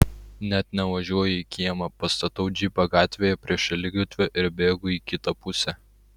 net nevažiuoju į kiemą pastatau džipą gatvėje prie šaligatvio ir bėgu į kitą pusę